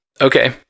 Okay